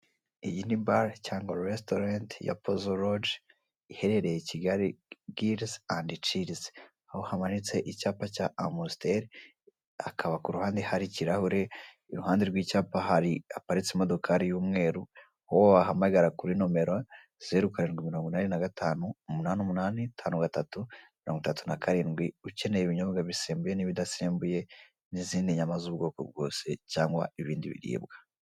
Iyi ni bari cyangwa resitorenti ya pozo logi iherereye Kigali gilizi andi cilizi aho hamanitse icyapa cya amusiteri akaba ku ruhande hari ikirahure, iruhande rw'icyapa hari haparitse imodokari y'umweru, uwo wahamagara kuri nomero zeru karindwi mirongo inani na gatanu umunani umunani tanu gatatu miringo itatu na karindwi, ukeneye ibinyobwa bisembuye n'ibidasembuye n'izindi nyama z'ubwoko bwose cyangwa ibindi biribwa.